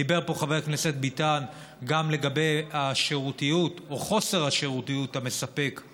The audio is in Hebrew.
דיבר פה חבר הכנסת ביטן גם לגבי השירותיות או חוסר שירותיות מספקת